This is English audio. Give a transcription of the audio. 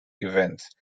events